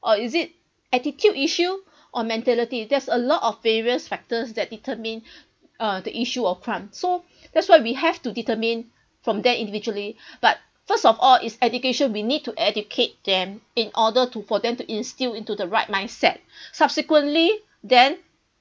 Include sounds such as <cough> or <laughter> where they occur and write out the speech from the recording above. or is it attitude issue or mentality there's a lot of various factors that determine <breath> uh the issue of crime so that's why we have to determine from them individually <breath> but first of all is education we need to educate them in order to for them to instill into the right mindset <breath> subsequently then